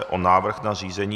Návrh na zřízení